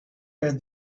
heard